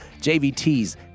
JVT's